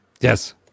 Yes